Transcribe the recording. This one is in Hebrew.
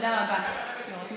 תודה רבה, היו"ר.